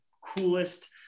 coolest